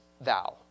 thou